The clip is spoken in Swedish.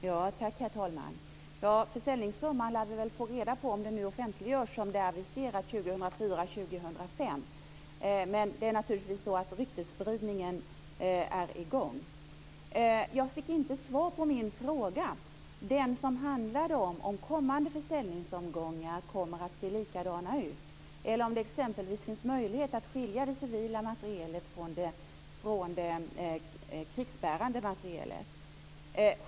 Herr talman! Försäljningssumman lär vi väl får reda på om den nu offentliggörs som det är aviserat 2004-2005. Men det är naturligtvis så att ryktesspridningen är i gång. Jag fick inte svar på min fråga, den som handlade om huruvida kommande försäljningsomgångar kommer att se likadana ut eller om det exempelvis finns en möjlighet att skilja den civila materielen från den krigsbärande.